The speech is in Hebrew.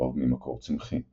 לרוב ממקור צמחי,